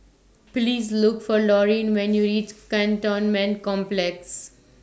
Please Look For Lorene when YOU REACH Cantonment Complex